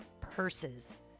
purses